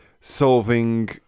solving